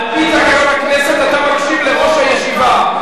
על-פי תקנון הכנסת אתה מקשיב לראש הישיבה.